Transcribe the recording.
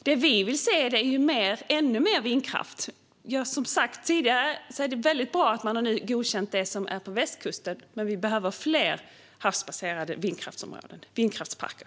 Det vi vill se är ännu mer vindkraft. Som jag har sagt tidigare är det väldigt bra att man har godkänt det som finns på västkusten, men vi behöver fler havsbaserade vindkraftsparker.